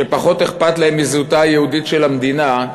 שפחות אכפת להם מזהותה היהודית של המדינה,